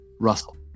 Russell